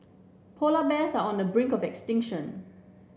polar bears are on the brink of extinction